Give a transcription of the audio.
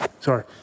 Sorry